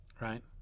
Right